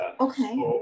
okay